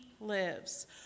lives